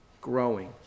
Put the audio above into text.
growing